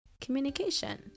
communication